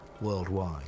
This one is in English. worldwide